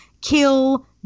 kill